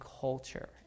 culture